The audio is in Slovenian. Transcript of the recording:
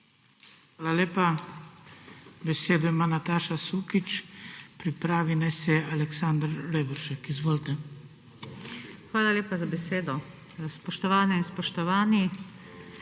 Hvala lepa za besedo.